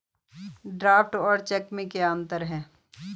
Draft और cheque में क्या अंतर है?